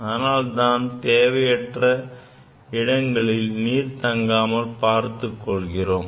அதனால்தான் நாம் தேவையற்ற இடங்களில் நீர் தேங்காமல் பார்த்துக் கொள்கிறோம்